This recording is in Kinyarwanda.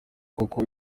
kuko